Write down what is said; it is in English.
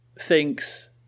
thinks